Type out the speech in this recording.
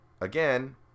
again